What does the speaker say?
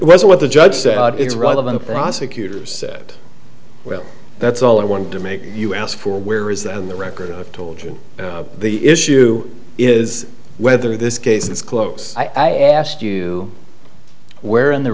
was what the judge said is relevant prosecutors said well that's all i want to make you ask for where is that on the record i told you the issue is whether this case is close i asked you where in the